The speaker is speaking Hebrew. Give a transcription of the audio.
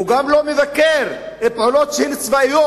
הוא גם לא מבקר פעולות צבאיות.